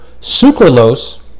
sucralose